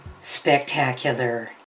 spectacular